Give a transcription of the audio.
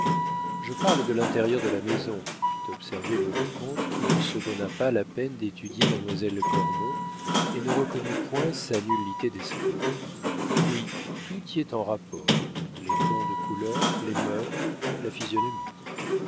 je parle de l'intérieur de la maison fit observer le vicomte qui ne se donna pas la peine d'étudier mademoiselle cormon et ne reconnut point sa nullité d'esprit oui tout y est en rapport les tons de couleur les meubles la physionomie